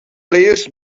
players